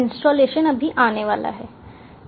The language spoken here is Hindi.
इंस्टॉलेशन अभी आने वाला है